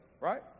Right